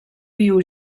viu